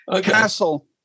Castle